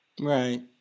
right